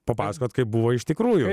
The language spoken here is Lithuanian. papasakoti kaip buvo iš tikrųjų